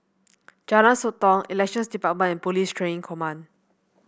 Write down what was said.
Jalan Sotong Elections Department and Police Training Command